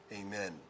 amen